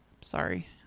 sorry